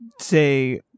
say